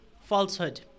falsehood